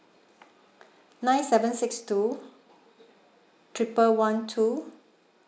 nine seven six two triple one two